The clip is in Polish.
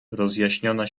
rozjaśniona